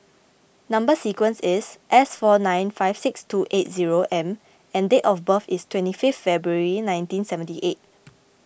Number Sequence is S four nine five six two eight zero M and date of birth is twenty five February nineteen seventy eight